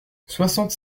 soixante